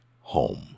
home